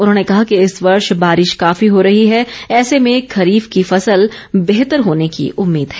उन्होंने कहा कि इस वर्ष बारिश काफी हो रही है ऐसे में खर्रीफ की फसल बेहतर होने की उम्मीद है